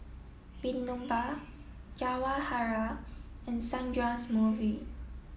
Vinoba Jawaharlal and Sundramoorthy